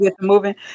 moving